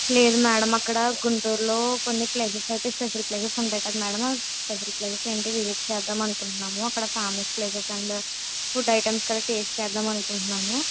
లేదు మేడం అక్కడ గుంటూరులో కొన్నిప్లేసెస్ అయితే స్పెషల్ ప్లేసెస్ ఉంటాయి కదా మేడం స్పెషల్ ప్లేసెస్ ఉంటే విసిట్ చేద్దాం అని అనుకుంటున్నాము అక్కడ common famous and food items కూడ టెస్ట్ చేద్దాం అనుకుంటున్నాను